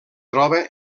troba